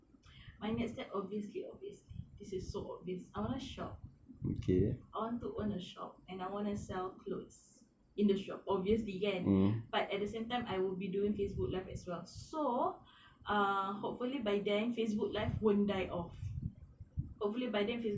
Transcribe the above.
my next step obviously obviously this is so obvious I wanna shop I want to earn a shop and I wanna sell clothes in the shop obviously kan but at the same time I would be doing facebook live as well so um hopefully by then facebook life won't die off hopefully by then facebook